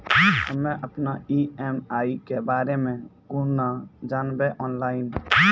हम्मे अपन ई.एम.आई के बारे मे कूना जानबै, ऑनलाइन?